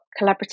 collaborative